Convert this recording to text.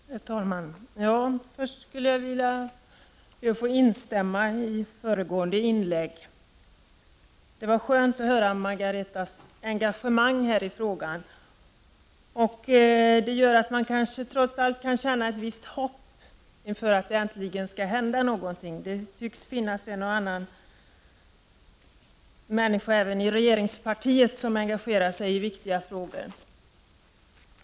Herr talman! Först skulle jag vilja instämma i föregående inlägg. Det var skönt att höra Margareta Winbergs engagemang i frågan, och det gör att man trots allt kan känna ett visst hopp om att det äntligen skall hända någonting. Det tycks finnas en och annan människa även i regeringspartiet som engagerar sig i viktiga frågor.